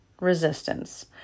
resistance